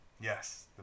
Yes